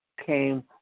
came